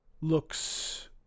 looks